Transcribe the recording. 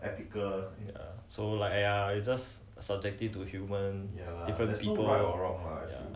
so like !aiya! it's just subjective to human different people ya